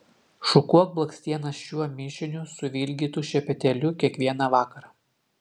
šukuok blakstienas šiuo mišiniu suvilgytu šepetėliu kiekvieną vakarą